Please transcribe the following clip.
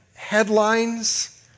Headlines